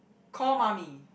call mummy